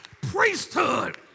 priesthood